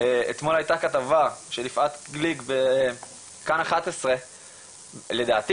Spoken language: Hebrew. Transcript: אתמול היתה כתבה של יפעת גליק ב"כאן 11". לדעתי